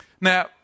Now